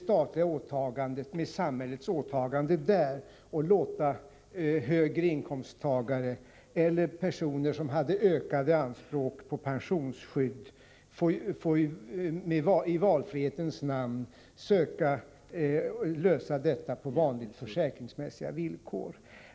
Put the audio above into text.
Samhällets åtaganden borde stanna där och högre inkomsttagare eller personer med ökade anspråk på pensionsskydd skulle i valfrihetens namn tillgodose sina önskemål på vanliga försäkringsmässiga villkor.